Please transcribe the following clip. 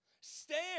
Stand